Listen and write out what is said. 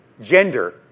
gender